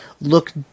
look